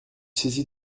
saisie